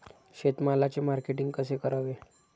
शेतमालाचे मार्केटिंग कसे करावे?